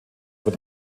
über